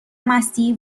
مستی